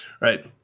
right